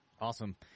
Awesome